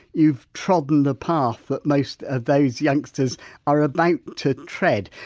you've trodden the path that most of those youngsters are about to tread.